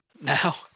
now